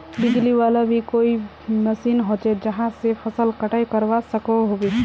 बिजली वाला भी कोई मशीन होचे जहा से फसल कटाई करवा सकोहो होबे?